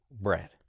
bread